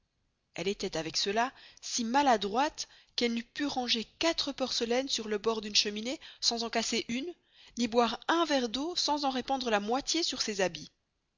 elle estoit avec cela si maladroite qu'elle n'eust pû ranger quatre porcelaines sur le bord d'une cheminée sans en casser une ny boire un verre d'eau sans en répandre la moitié sur ses habits